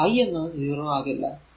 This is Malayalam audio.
എന്നാൽ i എന്നത് 0 ആകില്ല